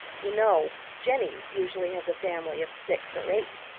you know jenny usually has a family of six or eight.